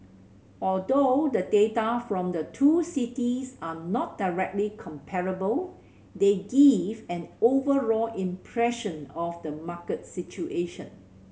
although the data from the two cities are not directly comparable they give an overall impression of the market situation